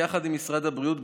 ביחד עם משרד הבריאות,